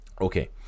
okay